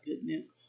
goodness